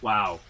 Wow